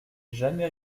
jamais